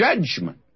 judgment